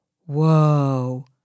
whoa